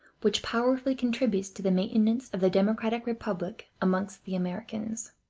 which powerfully contributes to the maintenance of the democratic republic amongst the americans